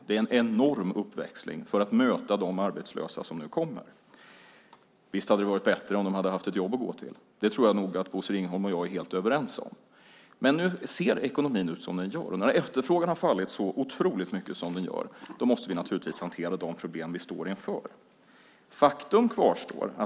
Det är en enorm uppväxling för att möta de arbetslösa som nu kommer. Visst hade det varit bättre om de hade haft ett jobb att gå till - det tror jag nog att Bosse Ringholm och jag är helt överens om. Men nu ser ekonomin ut som den gör, och när efterfrågan har fallit så otroligt mycket som den har gjort måste vi naturligtvis hantera de problem vi står inför.